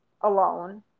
alone